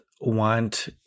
want